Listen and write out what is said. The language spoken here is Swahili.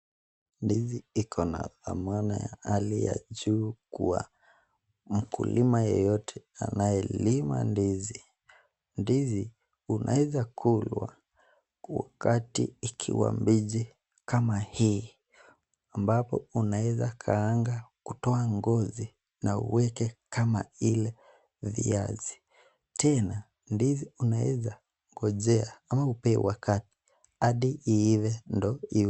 Ndizi iko na thamana ya hali ya juu kwa mkulima yeyote anayelima ndizi. Ndizi unaweza kulwa wakati ikiwa mbiji kama hii ambapo unaweza kaanga kutoa ngozi na uweke kama ile viazi. Tena ndizi unaweza ngojea ama hupewe wakati hadi iive ndio iwe